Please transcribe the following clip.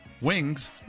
Wings